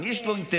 למי יש אינטרס,